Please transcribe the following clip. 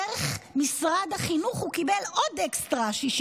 דרך משרד החינוך הוא קיבל עוד אקסטרה 68